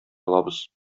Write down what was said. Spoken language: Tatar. алабыз